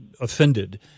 offended